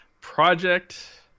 Project